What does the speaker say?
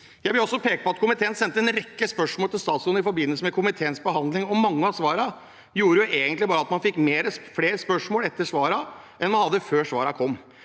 Jeg vil også peke på at komiteen sendte en rekke spørsmål til statsråden i forbindelse med komiteens behandling. Mange av svarene gjorde egentlig at man bare fikk flere spørsmål enn man hadde før svarene kom.